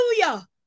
hallelujah